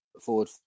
forward